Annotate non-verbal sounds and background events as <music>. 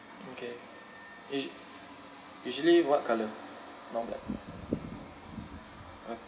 okay us~ usually what colour not black ah <noise>